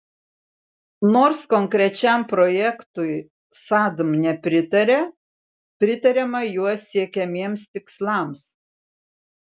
nors konkrečiam projektui sadm nepritaria pritariama juo siekiamiems tikslams